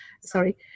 sorry